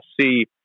see